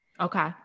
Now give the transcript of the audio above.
Okay